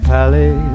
Pally